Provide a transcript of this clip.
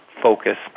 focus